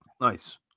Nice